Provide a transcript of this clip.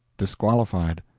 disqualified.